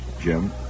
Jim